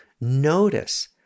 notice